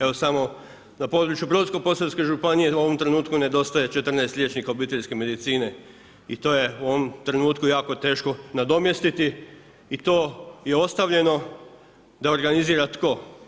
Evo samo na području Brodsko-posavske u ovom trenutku nedostaje 14 liječnika obiteljske medicine i to je u ovom trenutku jako teško nadomjestiti i to je ostavljeno da organizira tko?